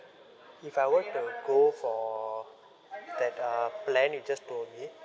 if I want to go for that uh plan you just told me